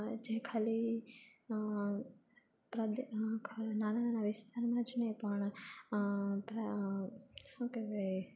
જે ખાલી કાદી નાના નાના વિસ્તારમાં જ નહીં પણ શું કહેવાય